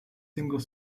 single